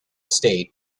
state